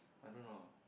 I don't know